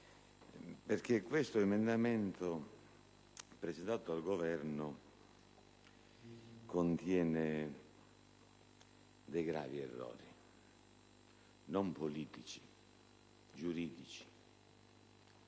perché questo emendamento presentato dal Governo contiene dei gravi errori, non politici, ma giuridici.